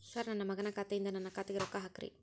sir ನನ್ನ ಮಗನ ಖಾತೆ ಯಿಂದ ನನ್ನ ಖಾತೆಗ ರೊಕ್ಕಾ ಹಾಕ್ರಿ